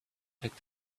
took